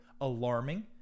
alarming